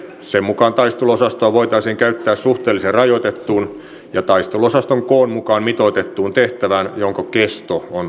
sen mukaan taisteluosastoa voitaisiin käyttää suhteellisen rajoitettuun ja taisteluosaston koon mukaan mitoitettuun tehtävään jonka kesto on rajattu